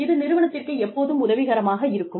இது நிறுவனத்திற்கு எப்போதும் உதவிகரமாக இருக்கும்